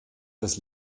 das